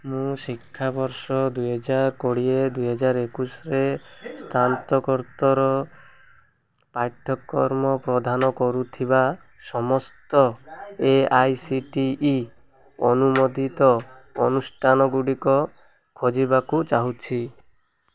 ମୁଁ ଶିକ୍ଷାବର୍ଷ ଦୁଇହଜାର କୋଡ଼ିଏ ଦୁଇହଜାର ଏକୋଉଶୀରେ ସ୍ନାତକୋତ୍ତର ପାଠ୍ୟକ୍ରମ ପ୍ରଦାନ କରୁଥିବା ସମସ୍ତ A I C T E ଅନୁମୋଦିତ ଅନୁଷ୍ଠାନଗୁଡ଼ିକ ଖୋଜିବାକୁ ଚାହୁଁଛି